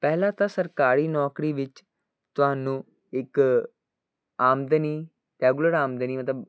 ਪਹਿਲਾਂ ਤਾਂ ਸਰਕਾਰੀ ਨੌਕਰੀ ਵਿੱਚ ਤੁਹਾਨੂੰ ਇੱਕ ਆਮਦਨੀ ਰੈਗੂਲਰ ਆਮਦਨੀ ਮਤਲਬ